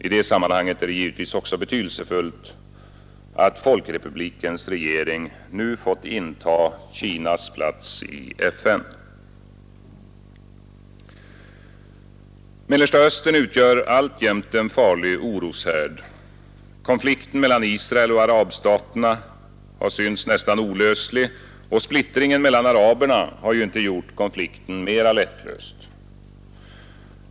I detta sammanhang är det givetvis också betydelsefullt att folkrepublikens regering nu fått inta Kinas plats i FN. Mellersta Östern utgör alltjämt en farlig oroshärd. Konflikten mellan Israel och arabstaterna har synts nästan olöslig och splittringen mellan araberna har ju inte gjort konflikten mera lättlöst.